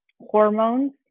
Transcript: Hormones